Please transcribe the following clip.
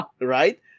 right